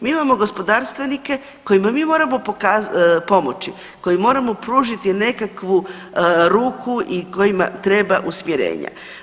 Mi imamo gospodarstvenike kojima mi moramo pomoći, koji moramo pružiti nekakvu ruku i kojima treba usmjerenja.